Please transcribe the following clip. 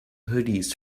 hoodies